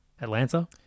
Atlanta